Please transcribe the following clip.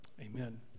Amen